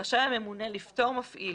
רשאי הממונה לפטור מפעיל